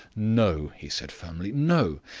no, he said firmly. no.